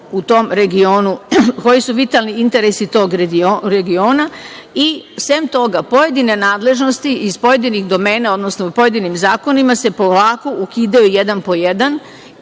u tom regionu, koji su vitalni interesi tog regiona i sem toga pojedine nadležnosti iz pojedinih domena odnosno u pojedinim zakonima se polako ukidaju jedan po jedan